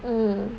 mm